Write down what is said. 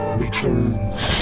returns